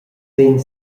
vegn